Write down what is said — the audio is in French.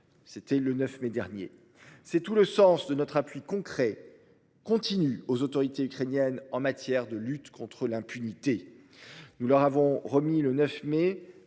C'était le 9 mai dernier. C'est tout le sens de notre appui concret continue aux autorités ukrainiennes en matière de lutte contre l'impunité. Nous leur avons remis le 9 mai